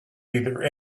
either